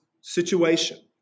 situation